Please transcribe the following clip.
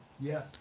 Yes